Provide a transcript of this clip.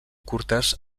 curtes